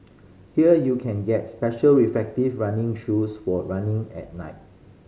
here you can get special reflective running shoes for running at night